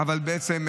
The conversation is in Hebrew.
אבל בעצם,